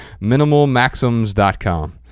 minimalmaxims.com